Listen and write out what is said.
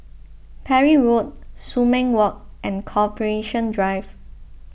Parry Road Sumang Walk and Corporation Drive